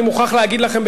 אני מוכרח להגיד לכם,